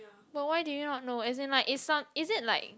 but why do you not know as in like is some is it like